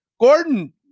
Gordon